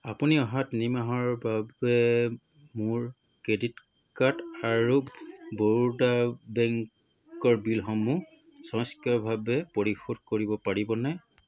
আপুনি অহা তিনি মাহৰ বাবে মোৰ ক্ৰেডিট কাৰ্ড আৰু বৰোদা বেংকৰ বিলসমূহ স্বয়ংক্ৰিয়ভাৱে পৰিশোধ কৰিব পাৰিবনে